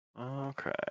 okay